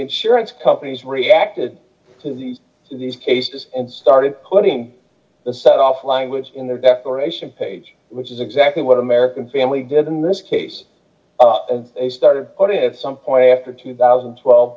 insurance companies reacted to these to these cases and started putting the set off language in their declaration page which is exactly what american d family did d in this case and they started putting it some point after two thousand and twelve